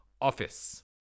Office